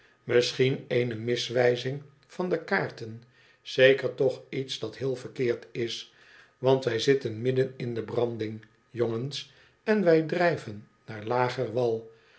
misschien eene miswijzing van de kaarten zeker toch iets dat heel verkeerd is want wij zitten midden in de branding jongens en wij drijven naar lager wal